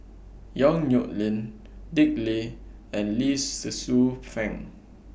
Yong Nyuk Lin Dick Lee and Lee Tzu Pheng